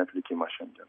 atlikimą šiandien